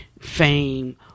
fame